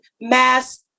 mass